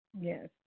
Yes